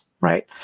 Right